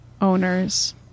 owners